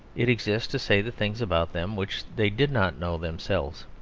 it exists to say the things about them which they did not know themselves.